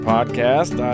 Podcast